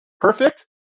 perfect